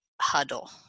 huddle